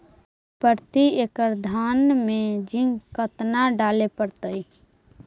प्रती एकड़ धान मे जिंक कतना डाले पड़ताई?